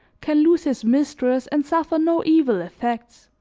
can lose his mistress and suffer no evil effects.